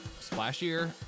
splashier